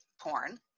porn